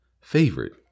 favorite